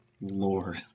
Lord